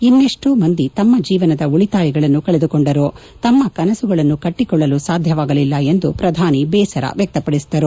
ಇನ್ನೆಷ್ಟೋ ಜನರು ತಮ್ಮ ಜೀವನದ ಉಳಿತಾಯಗಳನ್ನು ಕಳೆದುಕೊಂಡರು ತಮ್ಮ ಕನಸುಗಳನ್ನು ಕಟ್ಟಿಕೊಳ್ಳಲು ಸಾಧ್ಯವಾಗಲಿಲ್ಲ ಎಂದು ಪ್ರಧಾನಿ ಬೇಸರ ವ್ಲಕ್ಷಪಡಿಸಿದರು